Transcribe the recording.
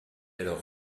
alors